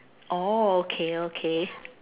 orh okay okay